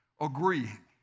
agreeing